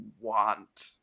want